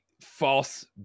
false